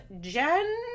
Jen